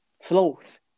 sloth